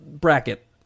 bracket